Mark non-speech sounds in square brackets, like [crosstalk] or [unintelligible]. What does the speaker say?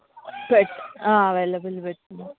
[unintelligible] అవేలబుల్లో పెడుతున్నాము